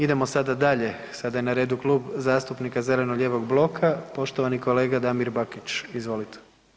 Idemo sada dalje, sada je na redu Klub zastupnika zeleno-lijevog bloka, poštovani kolega Damir Bakić, izvolite.